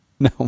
No